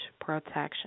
protection